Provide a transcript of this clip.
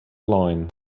line